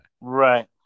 Right